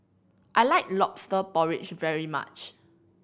I like Lobster Porridge very much